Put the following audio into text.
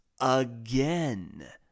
again